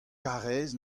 karaez